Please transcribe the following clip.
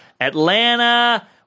Atlanta